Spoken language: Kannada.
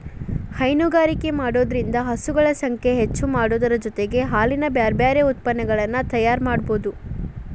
ಹೈನುಗಾರಿಕೆ ಮಾಡೋದ್ರಿಂದ ಹಸುಗಳ ಸಂಖ್ಯೆ ಹೆಚ್ಚಾಮಾಡೋದರ ಜೊತೆಗೆ ಹಾಲಿನ ಬ್ಯಾರಬ್ಯಾರೇ ಉತ್ಪನಗಳನ್ನ ತಯಾರ್ ಮಾಡ್ಬಹುದು